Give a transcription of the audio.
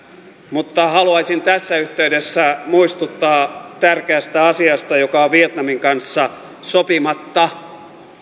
mutta haluaisin tässä yhteydessä muistuttaa tärkeästä asiasta joka on vietnamin kanssa sopimatta